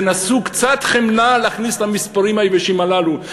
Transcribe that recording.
תנסו להכניס קצת חמלה למספרים היבשים הללו,